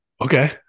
Okay